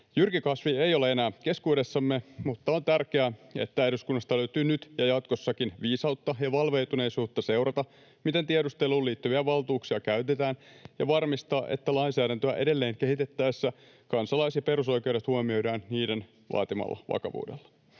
Jyrki Kasvi ei ole enää keskuudessamme, mutta on tärkeää, että eduskunnasta löytyy nyt ja jatkossakin viisautta ja valveutuneisuutta seurata, miten tiedusteluun liittyviä valtuuksia käytetään, ja varmistaa, että lainsäädäntöä edelleen kehitettäessä kansalais- ja perusoikeudet huomioidaan niiden vaatimalla vakavuudella.